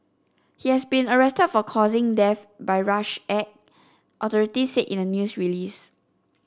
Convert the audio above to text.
he has been arrested for causing death by rash act authorities said in a news release